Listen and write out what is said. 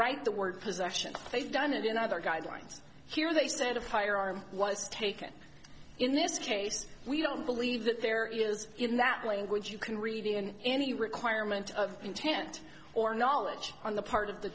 write the word possession they've done it in other guidelines here they stand a firearm was taken in this case we don't believe that there is in that language you can read in any requirement of intent or knowledge on the part of the